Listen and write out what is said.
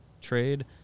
trade